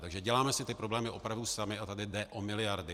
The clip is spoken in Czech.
Takže děláme si ty problémy opravdu sami, a tady jde o miliardu.